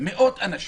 מאות אנשים,